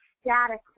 static